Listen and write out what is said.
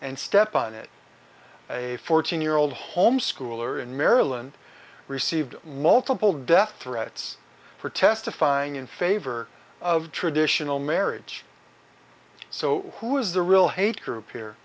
and step on it a fourteen year old homeschooler in maryland received multiple death threats for testifying in favor of traditional marriage so who is the real hate group